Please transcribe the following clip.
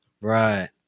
Right